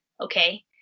Okay